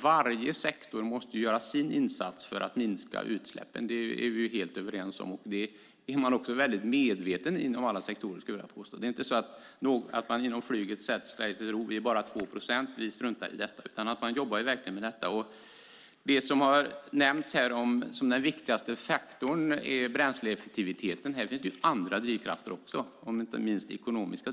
varje sektor måste göra sin insats för att minska utsläppen. Det är vi helt överens om. Det är man också medveten om inom alla sektorer. Det är ju inte så att man inom flyget slår sig till ro och säger att det bara handlar om 2 procent så det kan man strunta i. När det gäller det som har nämnts som den viktigaste faktorn, nämligen bränsleeffektiviteten, finns det andra drivkrafter, inte minst ekonomiska.